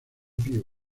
view